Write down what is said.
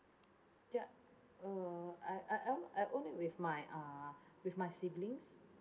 ya uh I I I I own it with my uh with my siblings